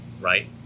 right